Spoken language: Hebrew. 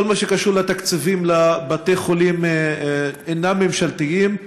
בכל מה שקשור לתקציבים לבתי חולים שאינם ממשלתיים,